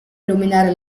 illuminare